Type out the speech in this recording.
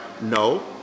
no